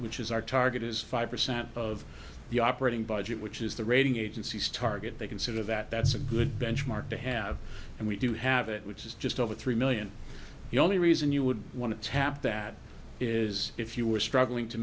which is our target is five percent of the operating budget which is the rating agencies target they consider that that's a good benchmark to have and we do have it which is just over three million the only reason you would want to tap that is if you were struggling to